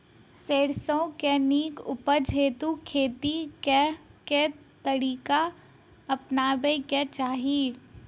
सैरसो केँ नीक उपज हेतु खेती केँ केँ तरीका अपनेबाक चाहि?